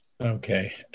Okay